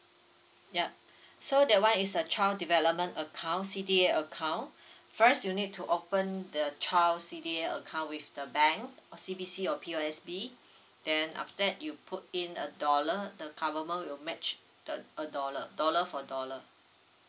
yup so that one is a child development account C_D_A account first you need to open the child C_D_A account with the bank O_C_B_C or P_O_S_B then after that you put in a dollar the government will match the a dollar dollar for dollar